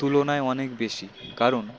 তুলনায় অনেক বেশি কারণ